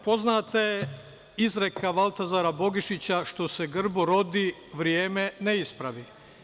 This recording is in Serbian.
Poznata je izreka Valtazara Bogišića – što se grbo rodi, vrijeme ne ispravi.